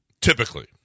Typically